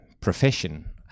profession